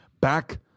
Back